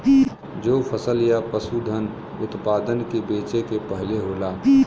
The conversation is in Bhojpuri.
जो फसल या पसूधन उतपादन के बेचे के पहले होला